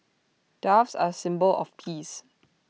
doves are symbol of peace